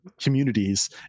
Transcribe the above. communities